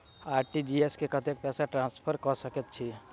RTGS मे कतेक पैसा ट्रान्सफर कऽ सकैत छी?